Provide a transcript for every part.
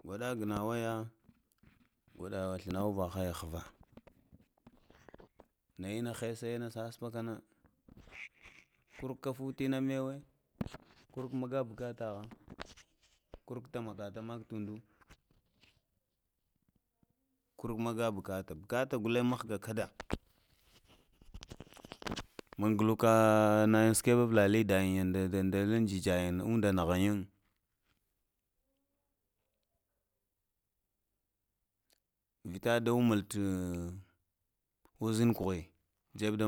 Gwaɗa nawa ya gwada slana uvahaya hva na ina hesaya tsatsapa gna muna kurkwa futina ɓewe, kurkwa mgaputan bugatagha kanawa magatama udu kurmaga bakata, bakata kalen mhga kada, mnguluko mn nagin skebe avlalidada yin da slin dla dzayin uda na hinyin, vita da uɓəl tuzhin kukhe, dzeb da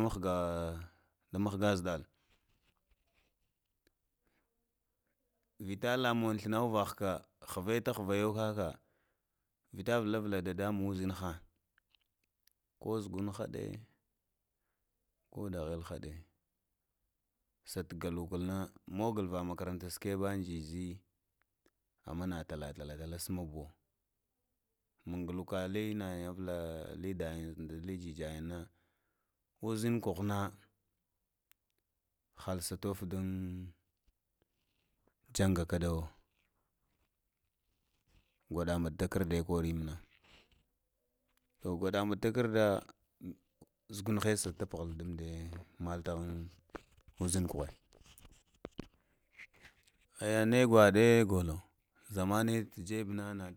muhga zhəɗal vita la mahavaha həve ta hve kaga, vita vita dadaman uzhinha, ko zgunhade ko dahel haɗe sada sa dahokarna magal ba makaranta skebal uzhizhi amana tala tala bol smogo, man gulakwali nagin uvla li dayin dali jijayin mai uzhm kah na hal so yo vdn janga kadawo gwaɗa man da karda korin mna. Gwaɗa takarda zugan hesa huhun amde matan uzəin kuhe age ne gwaɗe golo, zamana tajebunna.